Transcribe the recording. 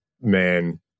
man